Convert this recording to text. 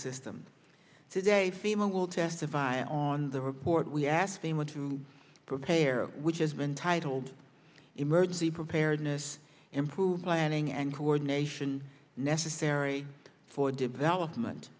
system today fema will testify on the report we asked a month to prepare which has been titled emergency preparedness improved planning and coordination necessary for development